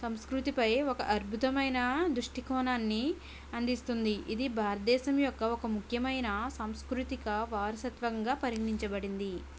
సంస్కృతిపై ఒక అద్భుతమైన దృష్టి కోణాన్ని అందిస్తుంది ఇది భారతదేశం యొక్క ఒక ముఖ్యమైన సాంస్కృతిక వారసత్వంగా పరిగణించబడింది